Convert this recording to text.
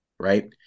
Right